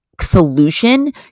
solution